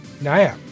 Naya